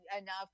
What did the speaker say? enough